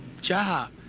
job